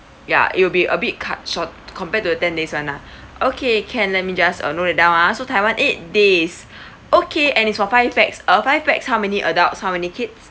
ya it will be a bit cut short compared to the ten days [one] ah okay can let me just uh note that down ah so taiwan eight days okay and it's for five pax uh five pax how many adults how many kids